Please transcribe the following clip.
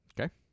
Okay